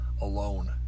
alone